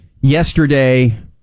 yesterday